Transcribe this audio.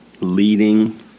leading